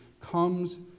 comes